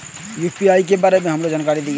UPI के बारे में हमरो जानकारी दीय?